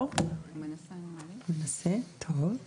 בתחתית היררכיית ההסדרה, נמצא את הנהלים